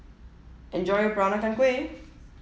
enjoy your Peranakan Kueh